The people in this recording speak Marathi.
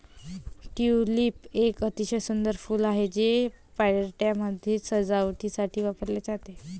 ट्यूलिप एक अतिशय सुंदर फूल आहे, ते पार्ट्यांमध्ये सजावटीसाठी वापरले जाते